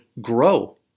grow